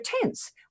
tense